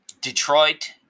Detroit